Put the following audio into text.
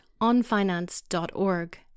onfinance.org